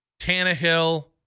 Tannehill